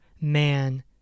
man